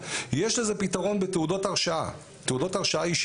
יש לזה פיתרון בתעודות הרשאה אישיות.